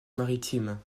maritime